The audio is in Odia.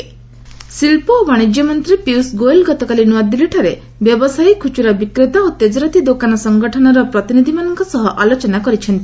ଗୋଏଲ୍ ରିଟେଲର ଶିଳ୍ପ ଓ ବାଣିଜ୍ୟ ମନ୍ତ୍ରୀ ପିୟୁଷ ଗୋଏଲ୍ ଗତକାଲି ନୂଆଦିଲ୍ଲୀଠାରେ ବ୍ୟବସାୟୀ ଖୁଚୁରା ବିକ୍ରେତା ଓ ତେଜରାତି ଦୋକାନ ସଂଗଠନର ପ୍ରତିନିଧିମାନଙ୍କ ସହ ଆଲୋଚନା କରିଛନ୍ତି